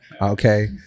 okay